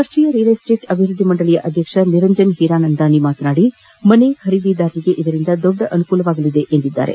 ರಾಷ್ಷೀಯ real estate ಅಭಿವೃದ್ಧಿ ಮಂಡಳಿಯ ಅಧ್ಯಕ್ಷ ನಿರಂಜನ್ ಹೀರಾನಂದಾನಿ ಮಾತನಾಡಿ ಮನೆ ಖರೀದಿದಾರರಿಗೆ ಇದರಿಂದ ತುಂಬಾ ಅನುಕೂಲವಾಗಲಿದೆ ಎಂದು ಹೇಳಿದ್ದಾರೆ